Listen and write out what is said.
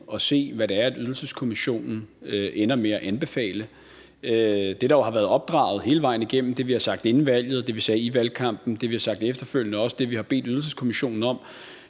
og se, hvad det er, Ydelseskommissionen ender med at anbefale. Det, der jo har været opdraget hele vejen igennem – det, vi har sagt inden valget, det, vi sagde i valgkampen, det, vi har sagt efterfølgende, og også det, vi har bedt Ydelseskommissionen om